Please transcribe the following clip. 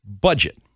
budget